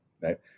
Right